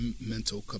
mental